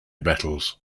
battles